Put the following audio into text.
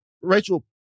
Rachel